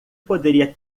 poderia